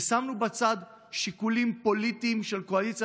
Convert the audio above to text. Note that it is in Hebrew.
שמנו בצד שיקולים פוליטיים של קואליציה